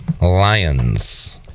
Lions